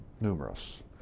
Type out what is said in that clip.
numerous